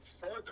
further